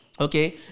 Okay